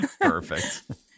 Perfect